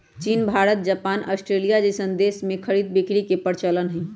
चीन Bharat Japan Australia जइसन देश में खरीद बिक्री के परचलन हई